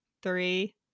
Three